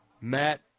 Matt